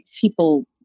people